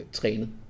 trænet